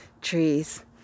trees